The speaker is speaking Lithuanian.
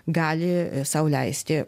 gali sau leisti